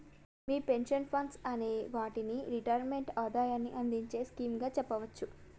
మీ pension funds అనే వాటిని retirement ఆదాయాన్ని అందించే స్కీమ్ గా చెప్పవచ్చు